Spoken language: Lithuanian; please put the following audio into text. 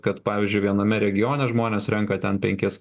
kad pavyzdžiui viename regione žmonės renka ten penkis